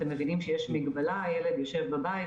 אתם מבינים שיש מגבלה הילד יושב בבית,